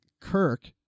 Kirk